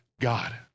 God